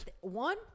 One